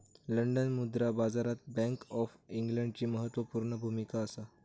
London मुद्रा बाजारात bank of इंग्लंडची म्हत्त्वापूर्ण भुमिका असा